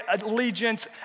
allegiance